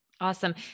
Awesome